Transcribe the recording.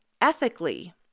ethically